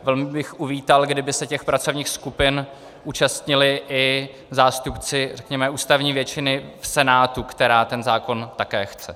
Velmi bych uvítal, kdyby se těch pracovních skupin účastnili i zástupci, řekněme, ústavní většiny v Senátu, která ten zákon také chce.